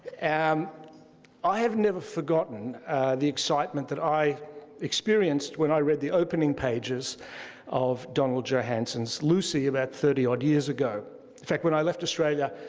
um i have never forgotten the excitement that i experienced when i read the opening pages of donald johanson's lucy about thirty odd years ago. in fact when i left australia,